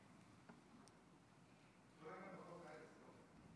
פחות מעשר דקות.